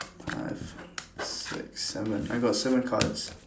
five six seven I got seven cards